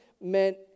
meant